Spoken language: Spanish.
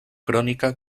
crónica